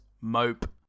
Mope